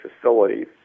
facilities